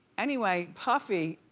anyway, puffy